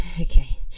okay